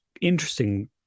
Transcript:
interesting